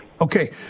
Okay